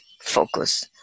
focus